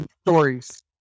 stories